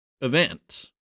event